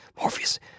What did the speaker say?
Morpheus